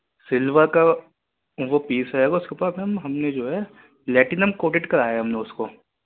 silver کا وہ piece ہے وہ سپرب ہے ہم نے جو ہے لیٹینم کوٹیڈ کرایا ہے ہم نے اس کو